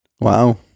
Wow